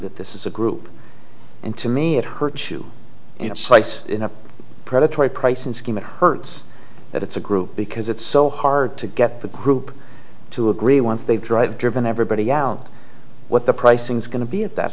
that this is a group and to me it hurts to slice in a predatory pricing scheme it hurts that it's a group because it's so hard to get the group to agree once they drive driven everybody out what the pricing is going to be at that